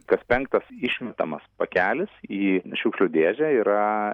kas penktas išmetamas pakelis į šiukšlių dėžę yra